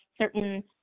certain